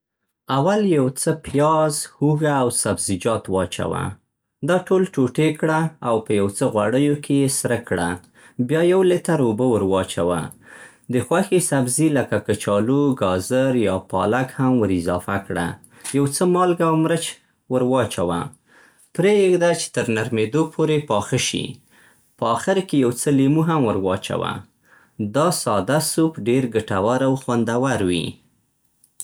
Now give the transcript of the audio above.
اول یو څه پیاز، هوږه، او سبزیجات واچوه. دا ټول ټوټې کړه او په یو څه غوړيو کې يې سره کړه. بیا یو لیتر اوبه ور واچوه. د خوښې سبزي لکه کچالو، گاذر، یا پالک هم ور اضافه کړه. یو څه مالګه او مرچ ور واچوه. پرې يې ږده چې تر نرمېدو پورې پاخه شي. په آخر کې یو څه لیمو هم ور واچوه. دا ساده سوپ ډېر ګټور او خوندور وي.